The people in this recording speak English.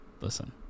listen